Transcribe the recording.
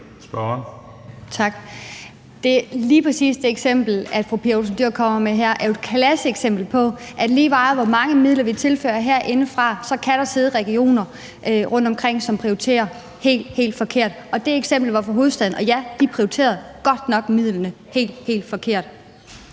Lige præcis det eksempel, fru Pia Olsen Dyhr kommer med her, er jo et klasseeksempel på, at lige meget hvor mange midler vi tilfører herindefra, kan der sidde regioner rundtomkring, som prioriterer helt, helt forkert. Det eksempel var fra Region Hovedstaden, og ja, de prioriterede godt nok midlerne helt, helt forkert.